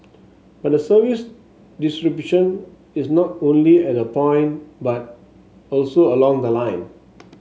but the service disruption is not only at the point but also along the line